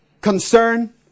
concern